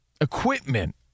equipment